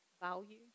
value